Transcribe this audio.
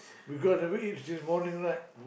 because never eat since morning right